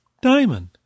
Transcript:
diamond